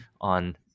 on